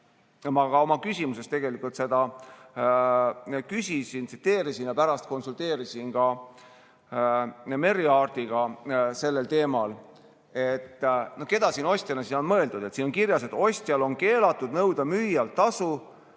ma oma küsimuses küsisin, ma seda tsiteerisin ja pärast konsulteerisin ka Merry Aartiga sellel teemal, et keda siin ostjana on mõeldud. Siin on kirjas, et ostjal on keelatud nõuda müüjalt tasu,